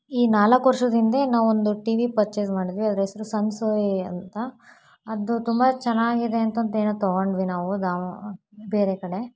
ಈ ನಾಲ್ಕು ವರ್ಷದ ಹಿಂದೆ ನಾವೊಂದು ಟಿ ವಿ ಪರ್ಚೇಸ್ ಮಾಡಿದ್ವಿ ಅದ್ರ ಹೆಸ್ರು ಸನ್ಸೂಯಿ ಅಂತ ಅದು ತುಂಬ ಚೆನ್ನಾಗಿದೆ ಅಂತ ಅಂತೇನೋ ತಗೊಂಡ್ವಿ ದಾವ್ ಬೇರೆ ಕಡೆ